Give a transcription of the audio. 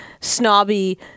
snobby